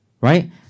right